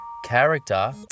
Character